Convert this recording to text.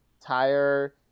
tire